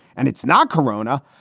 and it's not corona.